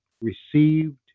received